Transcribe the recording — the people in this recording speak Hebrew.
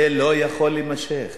זה לא יכול להימשך.